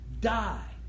die